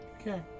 Okay